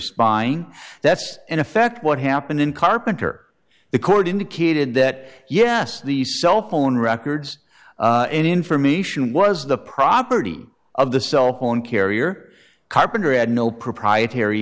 spying that's in effect what happened in carpenter the court indicated that yes the cell phone records and information was the property of the cell phone carrier carpenter had no proprietary